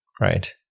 right